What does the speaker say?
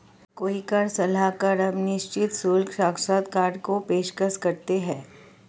कई कर सलाहकार अब निश्चित शुल्क साक्षात्कार की पेशकश करते हैं